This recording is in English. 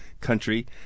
Country